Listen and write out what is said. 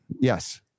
Yes